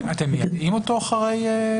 האם אתם מיידעים אותו אחרי שנה ושלושה חודשים?